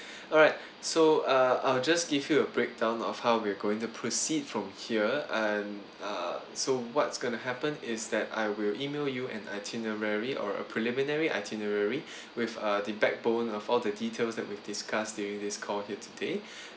alright so uh I'll just give you a breakdown of how we're going to proceed from here and uh so what's going to happen is that I will email you an itinerary or a preliminary itinerary with uh the backbone of all the details that we've discussed during this call here today